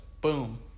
Boom